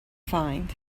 find